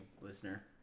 listener